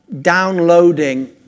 downloading